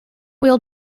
wheel